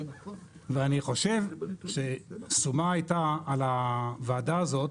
ואני חושב ששומה הייתה על הוועדה הזאת